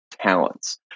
talents